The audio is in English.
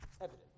evident